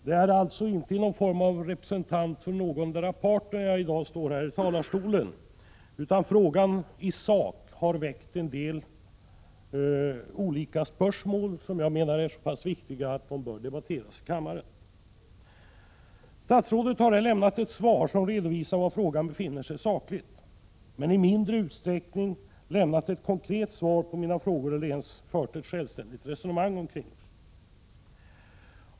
Det är alltså inte som ett slags representant för någondera parten jag i dag står här i talarstolen, utan frågan i sak har väckt en del spörsmål, som jag menar är så pass viktiga att de bör debatteras i kammaren. Statsrådet har här lämnat ett svar som redovisar var frågan befinner sig sakligt men i mindre utsträckning lämnat ett konkret svar på mina frågor eller ens fört ett självständigt resonemang omkring den.